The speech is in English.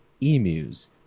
emus